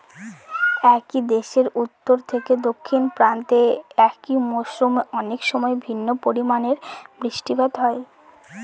একই দেশের উত্তর থেকে দক্ষিণ প্রান্তে একই মরশুমে অনেকসময় ভিন্ন পরিমানের বৃষ্টিপাত হয়